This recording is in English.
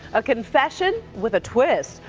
a confession with a twist.